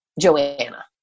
Joanna